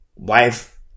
wife